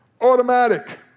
automatic